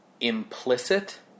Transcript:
implicit